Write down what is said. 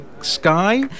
sky